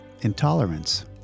intolerance